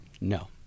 no